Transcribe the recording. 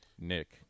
Nick